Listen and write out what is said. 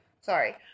Sorry